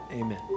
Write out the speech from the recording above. Amen